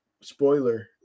spoiler